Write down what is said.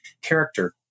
character